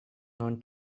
known